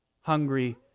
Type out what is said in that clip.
hungry